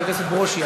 חבר הכנסת ברושי,